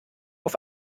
auf